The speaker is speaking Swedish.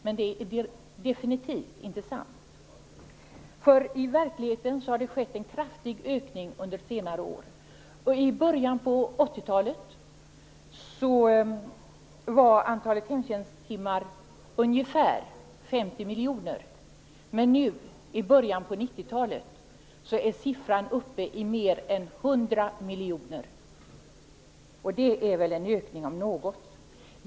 Men det är definitivt inte sant. I verkligheten har det skett en kraftig ökning under senare år. I början på 80-talet var antalet hemtjänsttimmar ungefär 50 miljoner. Men nu i början på 90-talet är siffran uppe i mer än 100 miljoner. Det är väl en ökning om något!